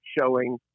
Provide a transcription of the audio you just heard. showing